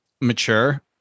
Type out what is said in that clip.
mature